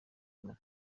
inyuma